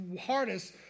hardest